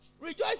Rejoice